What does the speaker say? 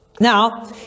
Now